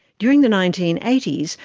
during the nineteen eighty s,